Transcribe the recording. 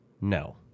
No